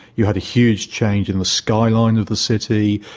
you had a huge change in the skyline of the city,